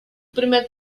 primer